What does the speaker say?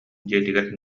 дьиэтигэр